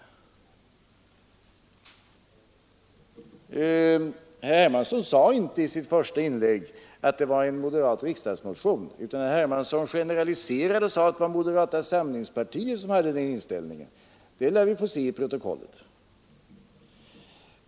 Herr Hermansson sade inte i sitt första inlägg att det var en moderat riksdagsmotion, utan herr Hermansson generaliserade och sade att det var moderata samlingspartiet som hade denna inställning. Det lär vi få se i protokollet.